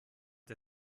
der